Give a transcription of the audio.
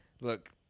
look